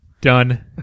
done